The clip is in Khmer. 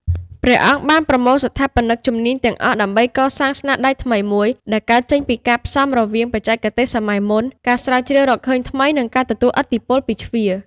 ព្រះអង្គបានប្រមូលស្ថាបនិកជំនាញទាំងអស់ ដើម្បីកសាងស្នាដៃថ្មីមួយ ដែលកើតចេញពីការផ្សំរវាងបច្ចេកទេសសម័យមុន ការស្រាវជ្រាវរកឃើញថ្មី និងការទទួលឥទ្ធិពលពីជ្វា។